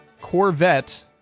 Corvette